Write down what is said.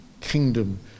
kingdom